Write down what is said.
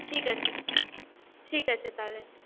ঠিক আছে ঠিক আছে তাহলে